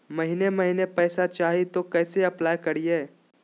महीने महीने पैसा चाही, तो कैसे अप्लाई करिए?